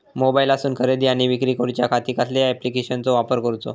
मोबाईलातसून खरेदी आणि विक्री करूच्या खाती कसल्या ॲप्लिकेशनाचो वापर करूचो?